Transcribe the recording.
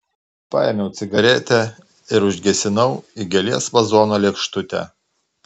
paėmiau cigaretę ir užgesinau į gėlės vazono lėkštutę